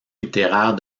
littéraire